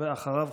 ואחריו,